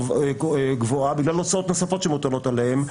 גבוהה בגלל הוצאות נוספות שמוטלות עליהם.